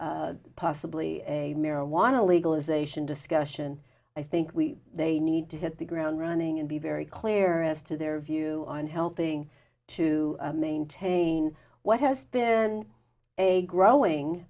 possibly a marijuana legalization discussion i think we may need to hit the ground running and be very clear as to their view on helping to maintain what has been a growing